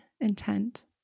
intent